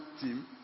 team